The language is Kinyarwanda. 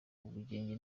ubugenge